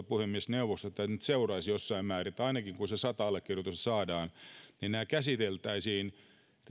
puhemiesneuvosto nyt seuraisi jossain määrin sitä että ainakin kun se sata allekirjoitusta saadaan nämä käsiteltäisiin ajatuksena